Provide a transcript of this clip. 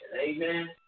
Amen